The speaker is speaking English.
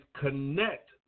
connect